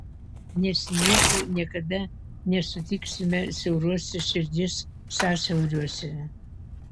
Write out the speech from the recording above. nes nieko niekada nesutiksime siauruose širdies sąsiauriuose